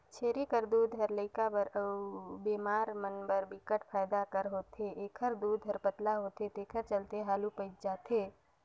छेरी कर दूद ह लइका बर अउ बेमार मन बर बिकट फायदा कर होथे, एखर दूद हर पतला होथे तेखर चलते हालु पयच जाथे